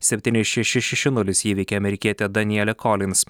septyni šeši šeši nulis įveikė amerikietę danielę kolins